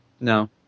no